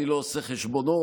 אני לא עושה חשבונות,